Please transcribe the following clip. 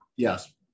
Yes